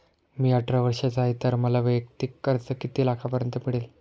मी अठरा वर्षांचा आहे तर मला वैयक्तिक कर्ज किती लाखांपर्यंत मिळेल?